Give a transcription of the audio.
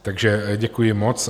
Takže děkuji moc.